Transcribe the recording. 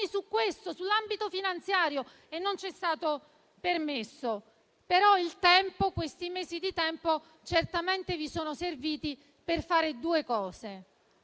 audizioni sull'ambito finanziario e non ci è stato permesso, ma questi mesi di tempo certamente vi sono serviti per fare due cose.